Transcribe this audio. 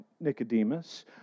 Nicodemus